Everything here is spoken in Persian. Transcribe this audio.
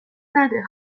نده